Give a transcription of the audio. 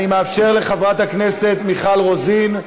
אני מאפשר לחברת הכנסת מיכל רוזין.